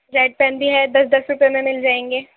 red pen بھی ہے دس دس روپے میں مل جائیں گے